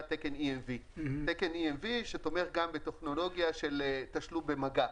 תקן EMV שתומך גם בטכנולוגיה של תשלום במגע.